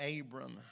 Abram